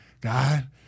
God